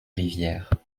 rivière